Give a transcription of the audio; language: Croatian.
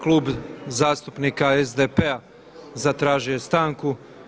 Klub zastupnika SDP-a zatražio je stanku.